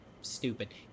stupid